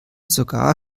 sogar